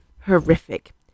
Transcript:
horrific